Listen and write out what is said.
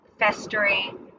festering